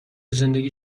زندگی